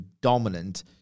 dominant